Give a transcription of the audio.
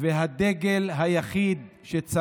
והדגל היחיד, דגל של עם ישראל ושל מדינת ישראל.